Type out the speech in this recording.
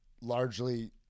largely